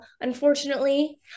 unfortunately